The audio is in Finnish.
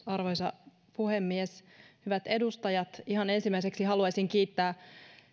arvoisa puhemies hyvät edustajat ihan ensimmäiseksi haluaisin kiittää